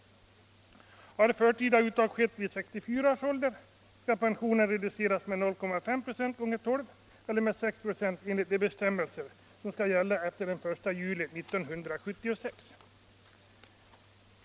Har det förtida uttaget skett vid 64 års ålder skall pensionen reduceras med 0,5 ”» x 12 eller med 6 ". enligt de bestämmelser som skall gälla efter den 1 juli 1976.